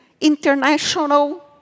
international